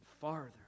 farther